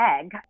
egg